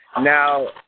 Now